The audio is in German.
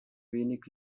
wenig